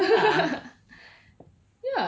ya lor stay here forever lah